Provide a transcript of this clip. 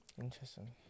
Interesting